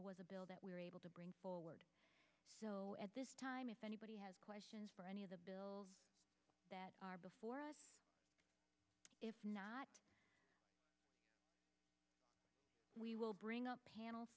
a bill that we were able to bring forward at this time if anybody has questions for any of the bills that are before us if not we will bring up pan